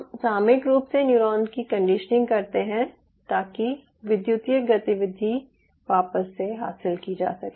हम सामयिक रूप से न्यूरॉन्स की कंडीशनिंग करते हैं ताकि विद्युतीय गतिविधि वापस से हासिल की जा सके